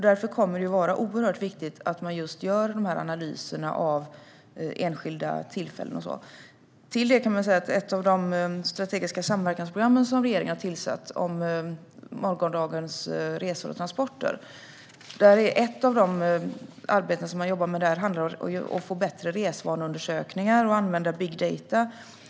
Därför är det oerhört viktigt att man gör analyser av enskilda olyckstillfällen och sådant. Ett av de strategiska samverkansprogrammen som regeringen har tillsatt om morgondagens resor och transporter handlar om hur man ska få bättre resvaneundersökningar och använda big data.